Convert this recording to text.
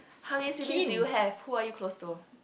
how many siblings do you have who are you close to